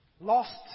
lost